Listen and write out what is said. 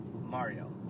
Mario